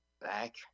back